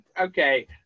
okay